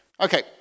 Okay